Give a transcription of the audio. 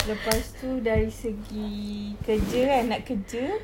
lepas itu dari segi kerja kan nak kerja